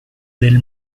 del